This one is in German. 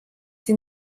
sie